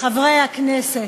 חברי הכנסת,